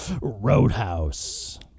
Roadhouse